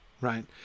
right